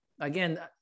Again